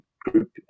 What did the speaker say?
group